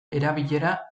erabilera